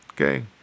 Okay